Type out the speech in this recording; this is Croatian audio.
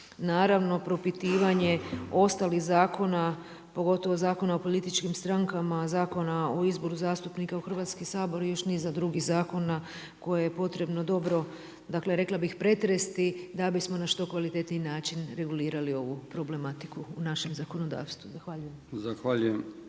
naravno propitivanje ostalih zakona pogotovo Zakonu o političkim strankama, Zakona o izboru zastupnika u Hrvatski sabor i još niza drugih zakona koje je potrebno dobro, dakle rekla bih, pretresti da bismo na što kvalitetniji način regulirali ovu problematiku u našem zakonodavstvu Zahvaljujem.